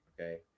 Okay